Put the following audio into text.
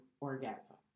orgasm